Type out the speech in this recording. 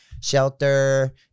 shelter